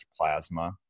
plasma